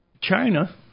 China